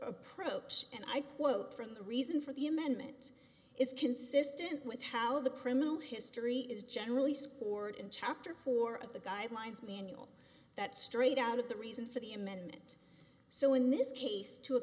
approach and i quote from the reason for the amendment is consistent with how the criminal history is generally scored in chapter four of the guidelines manual that straight out of the reason for the amendment so in this case to